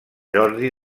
jordi